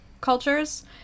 cultures